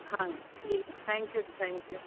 ਹਾਂ ਠੀਕ thank you ਜੀ ਥੈਂਕ ਯੂ